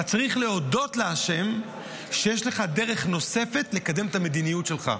אתה צריך להודות להשם שיש לך דרך נוספת לקדם את המדיניות שלך.